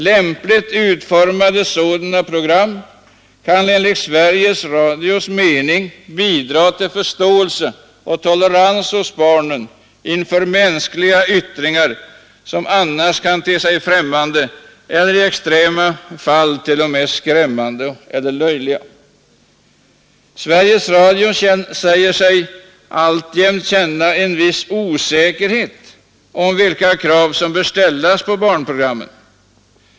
Lämpligt utformade sådana program kan enligt Sveriges Radios mening bidra till förståelse och tolerans hos barnen inför mänskliga yttringar, som annars kan te sig främmande eller i extrema fall t.o.m. skrämmande eller löjliga. Sveriges Radio säger sig alltjämt känna en viss osäkerhet om vilka krav som bör ställas på barnprogrammen.